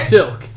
Silk